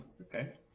Okay